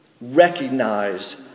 recognize